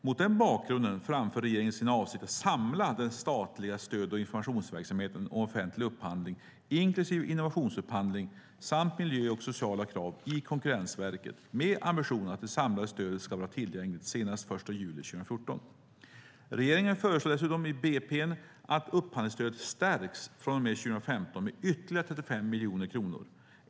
Mot den bakgrunden framför regeringen sin avsikt att samla den statliga stöd och informationsverksamheten om offentlig upphandling inklusive innovationsupphandling samt miljökrav och sociala krav i Konkurrensverket, med ambitionen att det samlade stödet ska vara tillgängligt senast den 1 juli 2014. Regeringen föreslår dessutom i budgetpropositionen att upphandlingsstödet stärks från och med år 2015 med ytterligare 35 miljoner kronor.